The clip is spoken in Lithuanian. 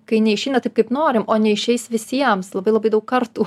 kai neišeina taip kaip norim o neišeis visiems labai labai daug kartų